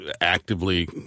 actively